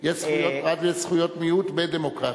יש זכויות פרט ויש זכויות מיעוט בדמוקרטיה.